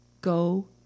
Go